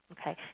okay